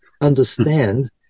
understand